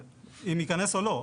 אם הוא ייכנס או לא.